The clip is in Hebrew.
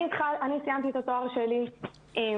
אני סיימתי את התואר שלי עם